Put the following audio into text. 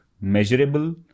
measurable